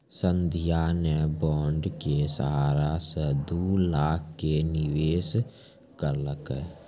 संध्या ने बॉण्ड के सहारा से दू लाख के निवेश करलकै